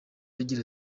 agira